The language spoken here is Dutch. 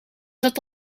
zat